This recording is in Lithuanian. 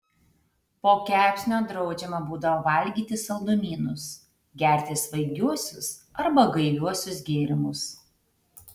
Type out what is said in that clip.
po kepsnio draudžiama būdavo valgyti saldumynus gerti svaigiuosius arba gaiviuosius gėrimus